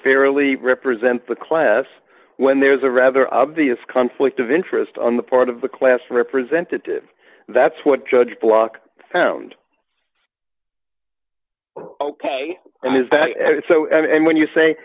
fairly represent the class when there is a rather obvious conflict of interest on the part of the class representative that's what judge block found ok i mean is that so and when you say